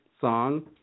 song